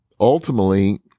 ultimately